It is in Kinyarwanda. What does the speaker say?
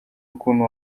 ukuntu